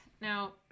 Now